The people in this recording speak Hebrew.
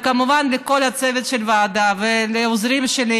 וכמובן לכל הצוות של הוועדה ולעוזרים שלי.